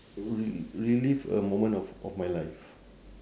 re~ relive a moment of of my life